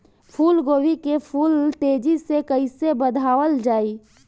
फूल गोभी के फूल तेजी से कइसे बढ़ावल जाई?